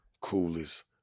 coolest